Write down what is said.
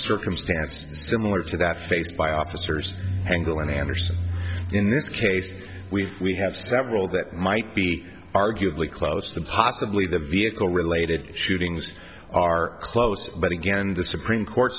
circumstance similar to that faced by officers angle in anderson in this case we we have several that might be arguably close the possibly the vehicle related shootings are close but again the supreme court